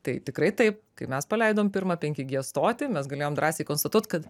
tai tikrai taip kaip mes paleidom pirmą penki gie stotį mes galėjom drąsiai konstatuot kad